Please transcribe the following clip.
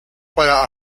para